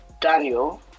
Daniel